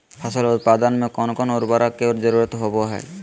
फसल उत्पादन में कोन कोन उर्वरक के जरुरत होवय हैय?